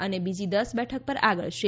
અને બીજી દસ બેઠક પર આગળ છે